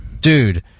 Dude